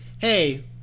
Hey